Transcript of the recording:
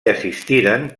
assistiren